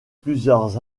plusieurs